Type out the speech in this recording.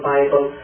Bible